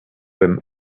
them